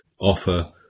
offer